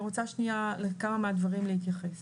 אני רוצה שניה לכמה מהדברים להתייחס,